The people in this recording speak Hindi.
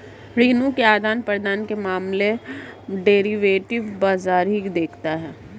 ऋण के आदान प्रदान के मामले डेरिवेटिव बाजार ही देखता है